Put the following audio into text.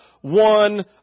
one